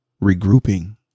regrouping